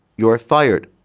you're fired.